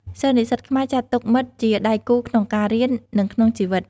សិស្សនិស្សិតខ្មែរចាត់ទុកមិត្តជាដៃគូក្នុងការរៀន និងក្នុងជីវិត។